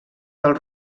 del